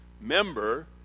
member